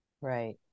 Right